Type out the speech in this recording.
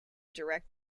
direct